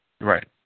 Right